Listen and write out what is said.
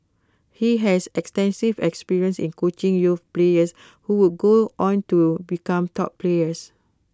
he has extensive experience in coaching youth players who would go on to become top players